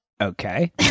Okay